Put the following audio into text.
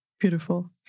Beautiful